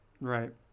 Right